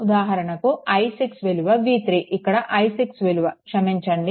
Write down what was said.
ఉదాహరణకు i6 విలువ v3 ఇక్కడ i6 విలువ క్షమించండి